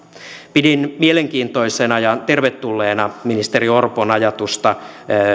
pidin mielenkiintoisena ja tervetulleena ministeri orpon ajatusta